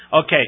Okay